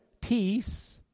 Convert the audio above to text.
peace